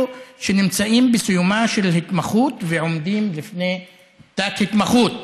שנמצאים בסיומה של ההתמחות ועומדים לפני תת-התמחות,